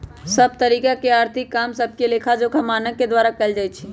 सभ तरिका के आर्थिक काम सभके लेखाजोखा मानक के द्वारा कएल जाइ छइ